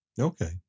Okay